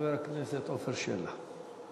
חבר הכנסת עפר שלח.